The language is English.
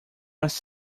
was